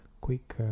quick